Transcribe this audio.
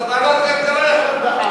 אז ועדת הכלכלה יכולה,